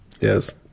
Yes